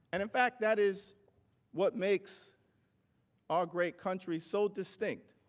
and in fact, that is what makes our great country so distinct